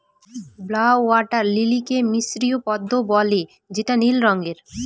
blue water লিলিকে মিসরীয় পদ্মাও বলে যেটা নীল রঙের